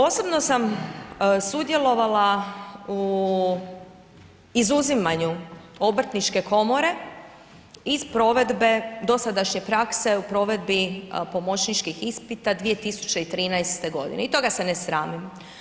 Osobno sam sudjelovala u izuzimanju Obrtničke komore iz provedbe dosadašnje prakse u provedbi pomoćničkih ispita 2013. g. i toga se ne sramim.